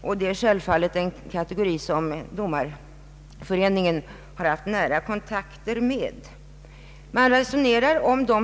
Med den sistnämnda kategorin har Domareföreningen självfallet haft nära kontakter.